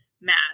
mad